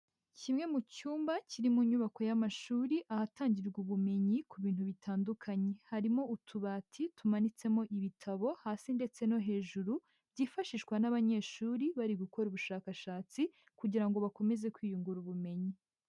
Kimwe mu cyumba kiri mu nyubako y'amashuri ahatangirwa ubumenyi ku bintu bitandukanye. Harimo utubati tumanitsemo ibitabo hasi ndetse no hejuru, byifashishwa n'abanyeshuri bari gukora ubushakashatsi kugira ngo bakomeze kwiyungura ubumenyi.